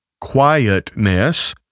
quietness